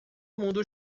mundo